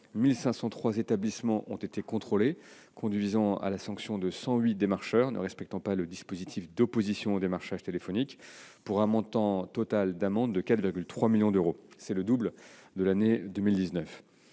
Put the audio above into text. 1 503 établissements ont été contrôlés et ont conduit à sanctionner 108 démarcheurs ne respectant pas le dispositif d'opposition au démarchage téléphonique, pour un montant total d'amende de 4,3 millions d'euros, soit le double de l'année 2019.